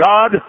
God